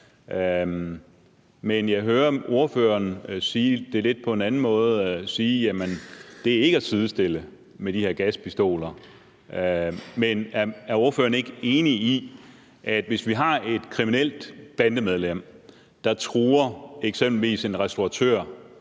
noget lidt andet, nemlig at det ikke er at sidestille med de her gaspistoler. Men er ordføreren ikke enig i, at hvis et kriminelt bandemedlem truer eksempelvis en restauratør